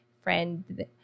friend